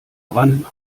dran